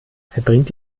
verbringt